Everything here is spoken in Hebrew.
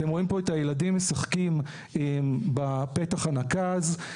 אתם רואים פה את הילדים משחקים בפתח הנקז.